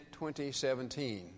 2017